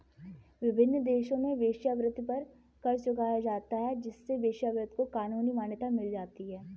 विभिन्न देशों में वेश्यावृत्ति पर कर चुकाया जाता है जिससे वेश्यावृत्ति को कानूनी मान्यता मिल जाती है